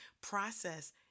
Process